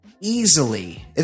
easily